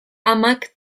amak